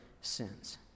sins